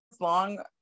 long